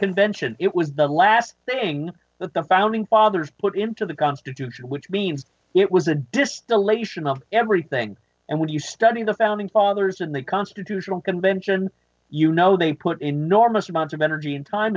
convention it was the last thing that the founding fathers put into the constitution which means it was a distillation of everything and when you study the founding fathers and the constitutional convention you know they put enormous amounts of energy and time